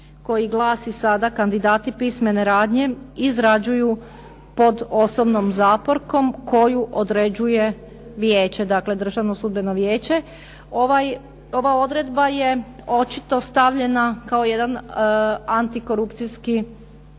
koji glasi sada kandidati pismene radnje izrađuju pod osobnom zaporkom, koju određuje vijeće, dakle Državno sudbeno vijeće. Ova odredba je očito stavljena kao jedan antikorupcijski